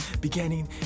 beginning